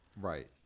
Right